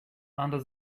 under